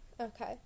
Okay